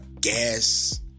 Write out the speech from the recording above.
gas